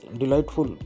delightful